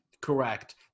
Correct